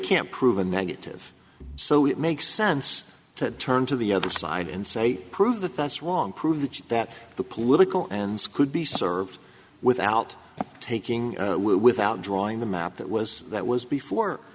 can't prove a negative so it makes sense to turn to the other side and say prove that that's wrong prove that that the political and skewed be served without taking without drawing the map that was that was before